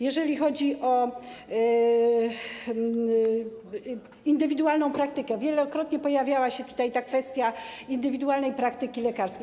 Jeżeli chodzi o indywidualną praktykę - wielokrotnie pojawiała się tutaj kwestia indywidualnej praktyki lekarskiej.